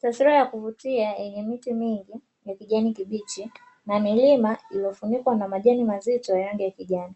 Taswira ya kuvutia yenye miti mingi ya kijani kibichi na milima iliyofunikwa na majani mazito ya rangi ya kijani